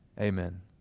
Amen